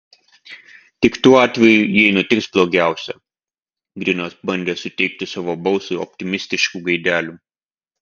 tik tuo atveju jei nutiks blogiausia grinas bandė suteikti savo balsui optimistiškų gaidelių